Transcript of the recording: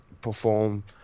perform